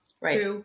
Right